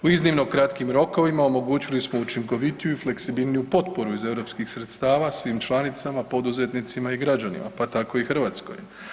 U iznimno kratkim rokovima omogućili smo učinkovitiju i fleksibilniju potporu iz europskih sredstava svim članicama, poduzetnicima i građanima pa tako i Hrvatskoj.